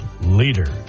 leaders